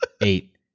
Eight